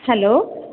hello